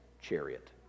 chariot